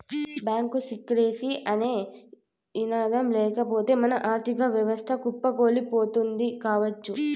bank secrecy అనే ఇదానం లేకపోతె మన ఆర్ధిక వ్యవస్థ కుప్పకూలిపోతుంది కావచ్చు